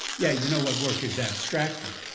yeah, you know what work is abstractly.